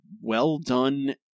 well-done